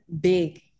big